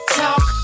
talk